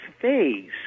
phase